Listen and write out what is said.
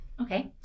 Okay